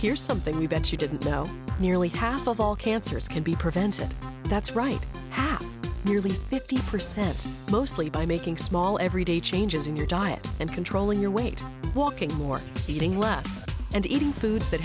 here something we bet you didn't know nearly half of all cancers can be prevented that's right half nearly fifty percent mostly by making small everyday changes in your diet and controlling your weight walking more eating less and eating foods that